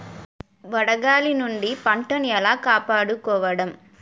వడగాలి నుండి పంటను ఏలా కాపాడుకోవడం?